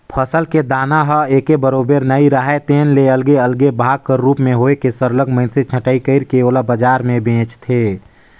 फसल के दाना ह एके बरोबर नइ राहय तेन ले अलगे अलगे भाग कर रूप में होए के सरलग मइनसे छंटई कइर के ओला बजार में बेंचथें